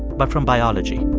but from biology